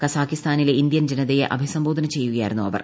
കസാഖ്സ്ഥാനിലെ Indian ജനതയെ അഭിസംബോധന ചെയ്യുകയായിരുന്നു അവർ